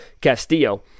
Castillo